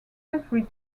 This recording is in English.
every